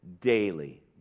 daily